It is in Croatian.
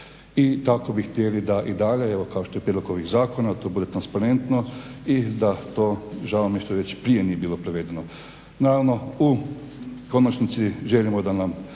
I tako bi htjeli da i dalje, kao što je prijedlog ovih zakona, to bude transparentno i da to, žao mi je što već prije nije bilo provedeno. Naravno, u konačnici želimo da nam